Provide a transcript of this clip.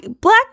black